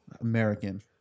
American